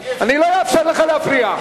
אני לא אאפשר לך להפריע.